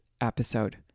episode